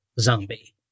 zombie